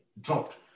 Dropped